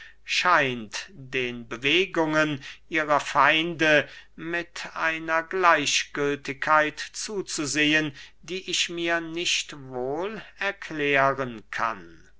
scheint den bewegungen ihrer feinde mit einer gleichgültigkeit zuzusehen die ich mir nicht wohl erklären kann